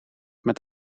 met